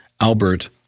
Albert